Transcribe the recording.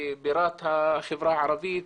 היא בירת החברה הערבית,